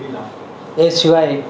એ સિવાય